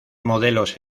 modelos